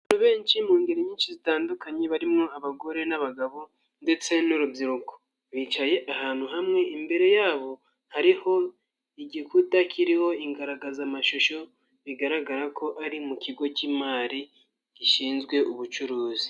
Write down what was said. Benshi mu ngeri nyinshi zitandukanye barimo abagore n'abagabo ndetse n'urubyiruko, bicaye ahantu hamwe imbere yabo hariho igikuta kiriho ingaragazamashusho bigaragara ko ari mu kigo cy'imari gishinzwe ubucuruzi.